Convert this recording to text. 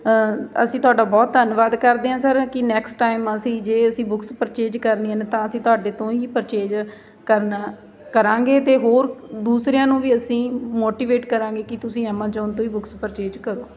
ਅਸੀਂ ਤੁਹਾਡਾ ਬਹੁਤ ਧੰਨਵਾਦ ਕਰਦੇ ਹਾਂ ਸਰ ਕਿ ਨੈਕਸਟ ਟਾਈਮ ਅਸੀਂ ਜੇ ਅਸੀਂ ਬੁੱਕਸ ਪਰਚੇਜ ਕਰਨੀਆਂ ਨੇ ਤਾਂ ਅਸੀਂ ਤੁਹਾਡੇ ਤੋਂ ਹੀ ਪਰਚੇਜ ਕਰਨਾ ਕਰਾਂਗੇ ਅਤੇ ਹੋਰ ਦੂਸਰਿਆਂ ਨੂੰ ਵੀ ਅਸੀਂ ਮੋਟੀਵੇਟ ਕਰਾਂਗੇ ਕਿ ਤੁਸੀਂ ਐਮਾਜ਼ੋਨ ਤੋਂ ਹੀ ਬੁੱਕਸ ਪਰਚੇਜ ਕਰੋ